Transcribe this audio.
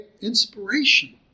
inspiration